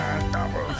double